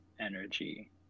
energy